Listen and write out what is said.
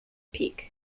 peak